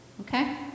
Okay